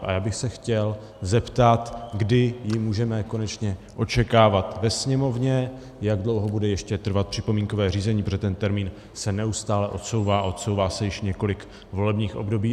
A já bych se chtěl zeptat, kdy ji můžeme konečně očekávat ve Sněmovně, jak dlouho bude ještě trvat připomínkové řízení, protože ten termín se neustále odsouvá, odsouvá se již několik volebních období.